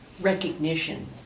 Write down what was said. recognition